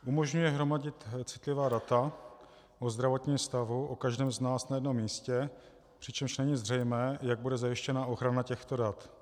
Umožňuje hromadit citlivá data o zdravotním stavu o každém z nás na jednom místě, přičemž není zřejmé, jak bude zajištěna ochrana těchto dat.